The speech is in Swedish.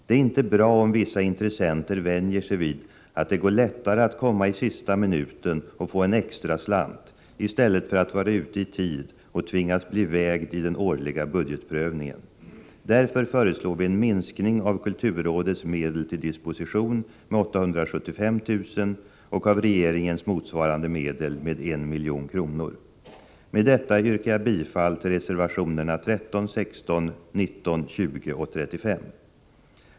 Det är inte bra om vissa intressenter vänjer sig vid att det går lättare att komma i sista minuten och få en extraslant, i stället för att vara ute i tid och tvingas bli vägd i den årliga budgetprövningen. Därför föreslår vi en minskning av kulturrådets medel till disposition med 875 000 kr. och av regeringens motsvarande medel med 1 milj.kr. Med detta yrkar jag bifall till reservationerna 13, 16, 19, 20 och 35.